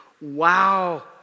Wow